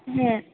হ্যাঁ